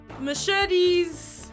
machetes